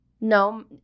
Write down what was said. No